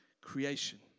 creation